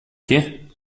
que